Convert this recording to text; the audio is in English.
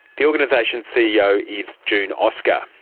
the organisation's ceo is june oscar.